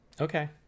Okay